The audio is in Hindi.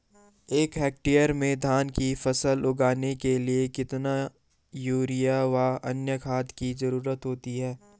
एक हेक्टेयर में धान की फसल उगाने के लिए कितना यूरिया व अन्य खाद की जरूरत होती है?